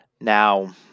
Now